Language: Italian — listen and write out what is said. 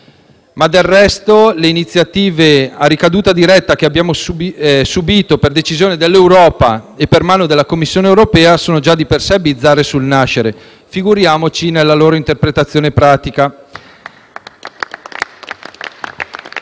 del resto, le iniziative a ricaduta diretta che abbiamo subito per decisione dell'Europa e per mano della Commissione europea sono già di per sé bizzarre sul nascere, figuriamoci nella loro interpretazione pratica